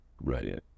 right